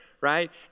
right